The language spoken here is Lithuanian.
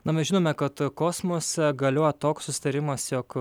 na mes žinome kad kosmose galioja toks susitarimas jog